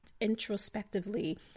introspectively